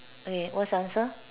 okay what is your answer